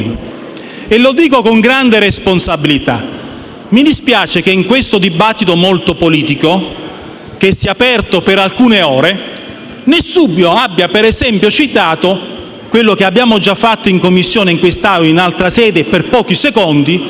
e lo dico con grande responsabilità. Mi dispiace che nel dibattito molto politico, che si è aperto per alcune ore, nessuno abbia citato ad esempio,- come abbiamo già fatto in Commissione e in quest'Aula in altra sede e per pochi secondi